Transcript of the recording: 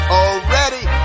already